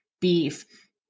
beef